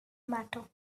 matter